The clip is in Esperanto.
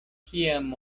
kiam